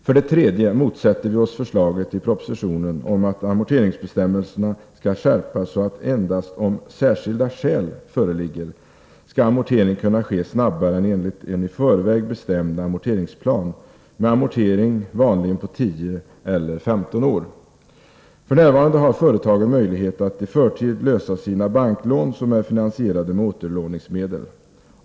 För det tredje motsätter vi oss förslaget i propositionen om att amorteringsbestämmelserna skall skärpas så att endast om särskilda skäl föreligger skall amortering kunna ske snabbare än enligt en i förväg bestämd amorteringsplan med amortering vanligen på 10 eller 15 år. F.n. har företagen möjlighet att i förtid lösa banklån som är finansierade med återlåningsmedel.